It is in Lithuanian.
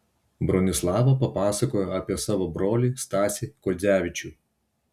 bronislava papasakojo apie savo brolį stasį kuodzevičių